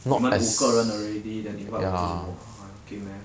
你们五个人 already then invite 我做什么 okay meh